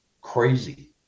crazy